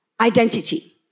identity